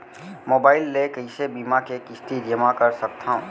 Mobile ले कइसे बीमा के किस्ती जेमा कर सकथव?